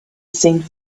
seemed